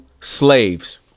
slaves